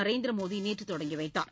நரேந்திர மோடி நேற்று தொடங்கி வைத்தார்